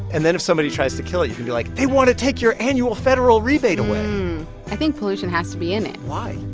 and then if somebody tries to kill it, you can be like, they want to take your annual federal rebate away i think pollution has to be in it why?